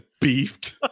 beefed